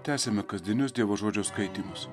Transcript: tęsiame kasdienius dievo žodžio skaitymus